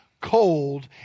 cold